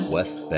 West